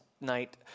night